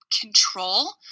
control